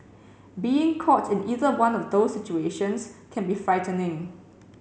being caught in either one of these situations can be frightening